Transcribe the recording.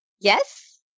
Yes